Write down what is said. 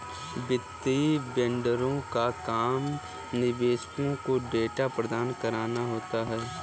वित्तीय वेंडरों का काम निवेशकों को डेटा प्रदान कराना होता है